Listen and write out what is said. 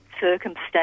circumstance